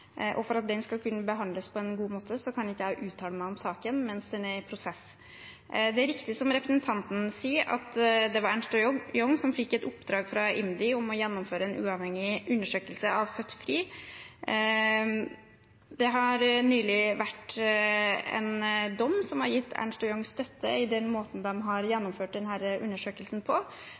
og for at den skal kunne behandles på en god måte, kan ikke jeg uttale meg om saken mens den er i prosess. Det er riktig som representanten sier, at det var Ernst & Young som fikk et oppdrag fra IMDi om å gjennomføre en uavhengig undersøkelse av Født Fri. Det har nylig vært en dom som har gitt Ernst & Young støtte i den måten de har gjennomført denne undersøkelsen på,